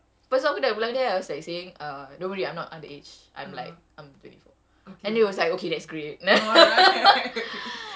first off aku dah block dia I was like saying uh don't worry I'm not under age I'm like I'm twenty four and he was like okay that's great